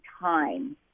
time